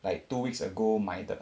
like two weeks ago 买的